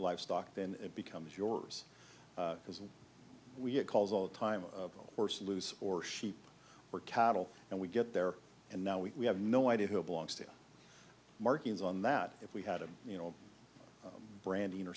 livestock then it becomes yours because we get calls all the time of course loose or sheep or cattle and we get there and now we have no idea who it belongs to markings on that if we had a you know branding or